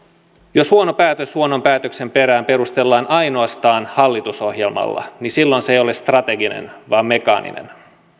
jos huono päätös huonon päätöksen perään perustellaan ainoastaan hallitusohjelmalla niin silloin se ei ole strateginen vaan mekaaninen